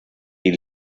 die